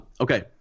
okay